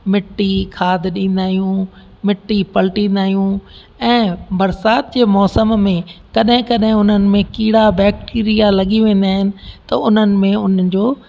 मिट्टी खाध ॾींदा आहियूं मिट्टी पलटींदा आहियूं ऐं बरसाति जे मौसम में कॾहिं कॾहिं उन्हनि में कीड़ा बैक्टेरिया लॻी वेंदा आहिनि त उन्हनि में हुनजो